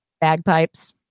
Bagpipes